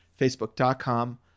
facebook.com